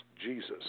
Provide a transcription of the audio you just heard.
Jesus